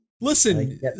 Listen